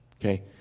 Okay